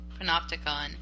Panopticon